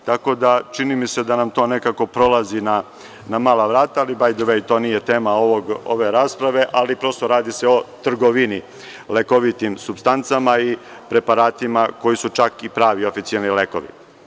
T tako da, čini mi se, da nam to nekako prolazi na mala vrata, ali „baj d vej“ to nije tema ove rasprave, ali prosto radi se o trgovini lekovitim supstancama i preparatima koji su čak i pravi oficiozni lekovi.